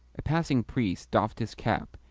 a passing priest doffed his cap,